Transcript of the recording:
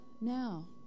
Now